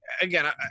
Again